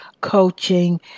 coaching